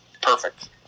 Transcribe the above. perfect